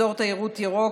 אזור תיירות ירוק),